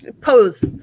pose